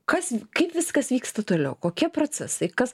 kas kaip viskas vyksta toliau kokie procesai kas